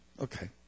Okay